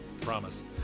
promise